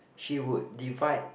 she would divide